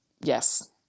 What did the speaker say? Yes